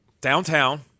downtown